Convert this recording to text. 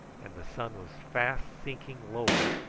and the sun was fast sinking lower,